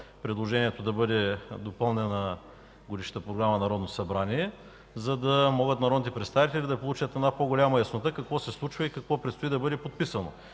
предложение да бъде допълнена Годишната програма на Народното събрание, за да могат народните представители да получат по-голяма яснота какво се случва и какво предстои да бъде подписано.